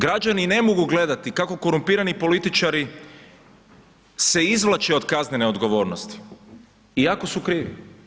Građani ne mogu gledati kako korumpirani političari se izvlače od kaznene odgovornosti iako su krivi.